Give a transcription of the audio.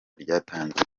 ryatangiye